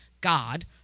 God